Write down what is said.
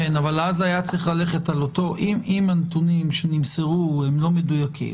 אם הנתונים שנמסרו הם לא מדויקים,